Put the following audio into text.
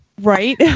Right